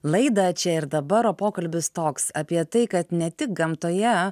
laidą čia ir dabar o pokalbis toks apie tai kad ne tik gamtoje